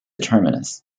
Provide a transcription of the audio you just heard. terminus